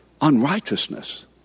Unrighteousness